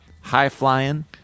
high-flying